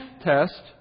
test